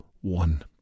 one